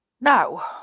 Now